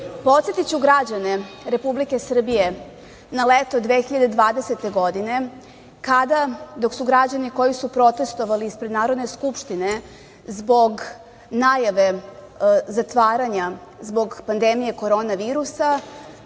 građane Republike Srbije na leto 2020. godine kada, dok su građani koji su protestvovali ispred Narodne skupštine zbog najave zatvaranja, zbog pandemije korona virusa.